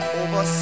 over